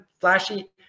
flashy